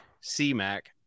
C-Mac